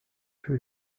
plus